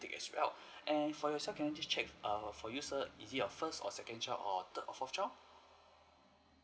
take as well and for you sir can I just check err for you sir is it your first or second child or third or fourth child